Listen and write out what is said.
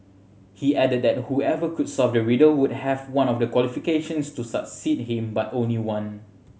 he added that whoever could solve the riddle would have one of the qualifications to succeed him but only one